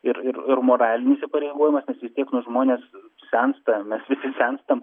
ir ir ir moralinis įsipareigojimas nes vis tiek nu žmonės sensta mes visi senstam